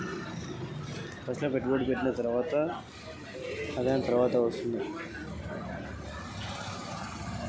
పెట్టుబడుల రికవరీ ఎట్ల ఉంటది?